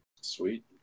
Sweet